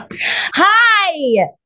Hi